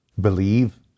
believe